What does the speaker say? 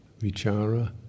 vichara